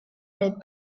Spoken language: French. mes